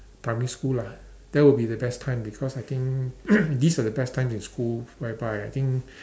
primary school lah that would be the best time because I think these are the best time in school whereby I think